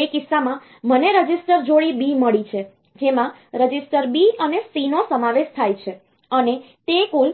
તે કિસ્સામાં મને રજિસ્ટર જોડી B મળી છે જેમાં રજિસ્ટર B અને Cનો સમાવેશ થાય છે અને તે કુલ